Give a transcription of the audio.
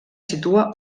situa